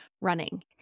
running